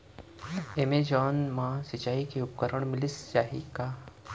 Amazon मा सिंचाई के उपकरण मिलिस जाही का?